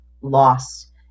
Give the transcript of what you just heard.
lost